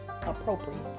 appropriate